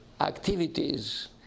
activities